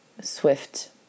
swift